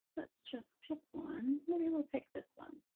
let's just pick one, maybe we'll pick this one.